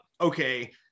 okay